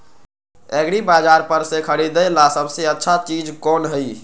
एग्रिबाजार पर से खरीदे ला सबसे अच्छा चीज कोन हई?